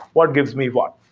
what gives me what?